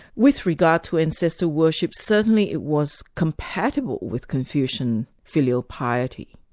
with regard to ancestor worship certainly it was compatible with confucian filial-piety,